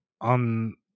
on